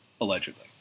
allegedly